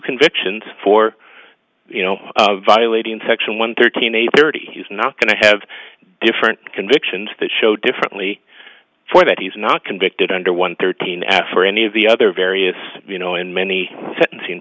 convictions for you know violating section one thirteen a thirty he's not going to have different convictions that show differently for that he's not convicted under one thirteen at for any of the other various you know in many sentencing